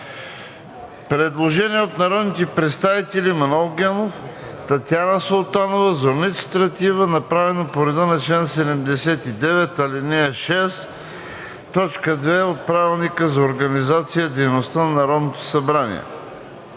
Предложение на народните представители Манол Генов, Татяна Султанова, Зорница Стратиева, направено по реда на чл. 79, ал. 6, т. 2 от Правилника за организацията и дейността на Народното събрание.